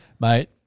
Mate